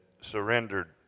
surrendered